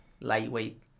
lightweight